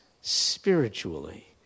spiritually